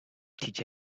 teach